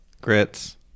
grits